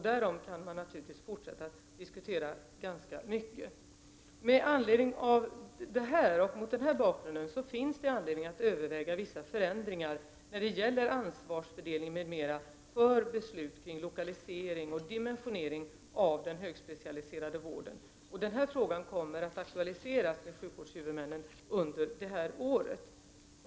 Därom kan man naturligtvis fortsätta diskutera ganska mycket. Mot denna bakgrund finns det anledning att överväga vissa förändringar när det gäller ansvarsfördelning m.m. för beslut kring lokalisering och dimensionering av den högspecialiserade vården. Denna fråga kommer att aktualiseras bland sjukvårdshuvudmännen under det kommande året.